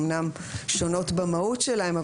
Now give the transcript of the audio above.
אמנם שונות במהות שלהן,